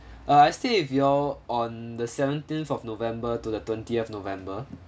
err I stay with you all on the seventeenth of november to the twentieth november